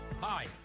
Hi